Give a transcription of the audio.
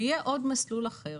ויהיה עוד מסלול אחר